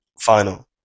final